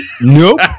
Nope